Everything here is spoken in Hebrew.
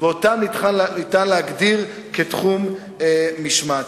ואותם ניתן להגדיר כתחום משמעתי.